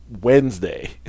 Wednesday